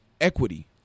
Equity